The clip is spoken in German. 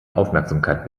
aufmerksamkeit